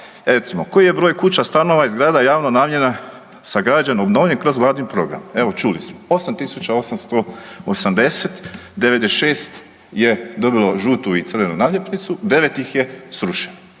koji je broj kuća, stanova i zgrada javna namjena sagrađena, obnovljena kroz vladin program. Evo čuli smo 8.880, 96 je dobilo žutu i crvenu naljepnicu, 9 ih je srušeno.